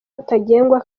rutagengwa